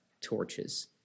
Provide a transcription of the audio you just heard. torches